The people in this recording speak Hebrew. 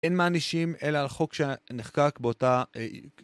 אין מענישים אלא על חוק שנחקק באותה...